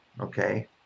okay